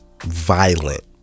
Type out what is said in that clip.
violent